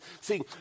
See